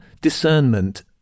discernment